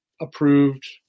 approved